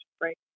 right